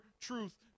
truth